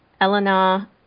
Elena